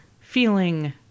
feeling